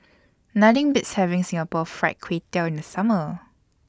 Nothing Beats having Singapore Fried Kway Tiao in The Summer